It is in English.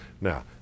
Now